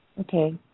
Okay